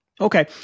Okay